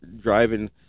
driving